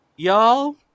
Y'all